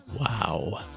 Wow